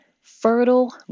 Fertile